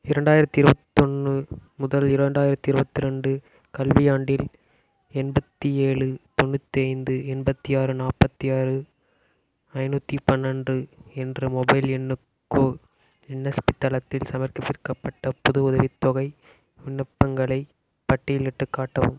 இரண்டாயிரத்தி இருவத்தொன்று முதல் இரண்டாயிரத்தி இருபத்ரெண்டு கல்வியாண்டில் எண்பத்தி ஏழு தொண்ணூற்றைந்து எண்பத்தி ஆறு நாற்பத்தி ஆறு ஐந்நூற்றி பன்னெண்டு என்ற மொபைல் எண்ணுக்கு என்எஸ்பி தளத்தில் சமர்ப்பிக்கப்பட்ட புது உதவித்தொகை விண்ணப்பங்களைப் பட்டியலிட்டுக் காட்டவும்